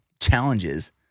challenges